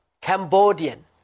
Cambodian